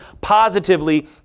positively